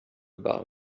about